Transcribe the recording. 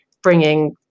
bringing